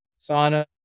sauna